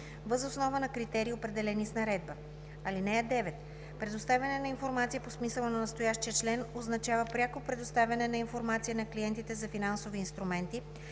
въз основа на критерии, определени с наредба. (9) Предоставяне на информация по смисъла на настоящия член означава пряко предоставяне на информация на клиентите за финансови инструменти,